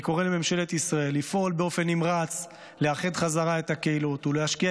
אני קורא לממשלת ישראל לפעול באופן נמרץ לאחד בחזרה את הקהילות ולהשקיע